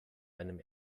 einem